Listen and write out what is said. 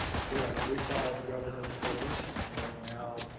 correct, we follow the governor's orders and right now,